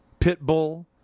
Pitbull